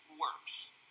works